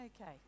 Okay